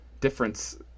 difference